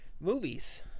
movies